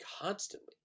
constantly